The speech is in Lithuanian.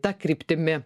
ta kryptimi